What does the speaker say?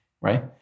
right